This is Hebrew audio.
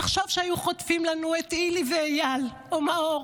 תחשוב שהיו חוטפים לנו את הילי ואייל או מאור,